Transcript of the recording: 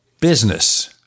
business